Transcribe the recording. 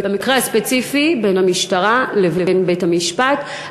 במקרה הספציפי זה בין המשטרה לבין בית-המשפט,